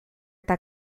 eta